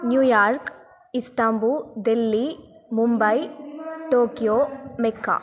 New York Istanbul Delhi Mumbai Tokyo Mecca